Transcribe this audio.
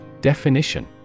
Definition